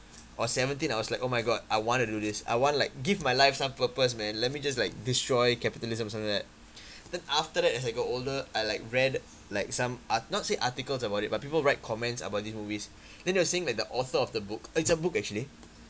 or seventeen I was like oh my god I want to do this I want like give my life some purpose man let me just like destroy capitalism or something like that then after that as I got older I like read like some art~ not say articles about it but people write comments about these movies then they were saying like the author of the book it's a book actually